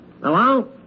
Hello